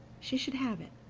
she should have it.